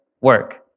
work